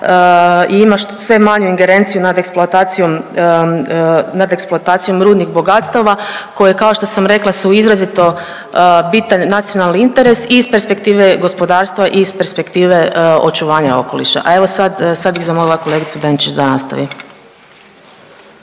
i ima sve manju ingerenciju nad eksploatacijom rudnih bogatstava koje kao što sam rekla su izraziti bitan nacionalan interes i iz perspektive gospodarstva i iz perspektive očuvanja okoliša. A evo sa bih molila kolegicu Benčić da nastavi.